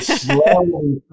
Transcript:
slowly